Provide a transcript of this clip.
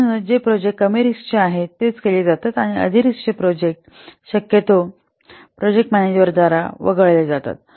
म्हणूनच जे प्रोजेक्ट कमी रिस्क चे आहेत ते चे केले जातात आणि अधिक रिस्क चे प्रोजेक्ट शक्यतो प्रोजेक्ट मॅनेजर द्वारा वगळले जातात